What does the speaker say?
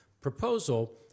proposal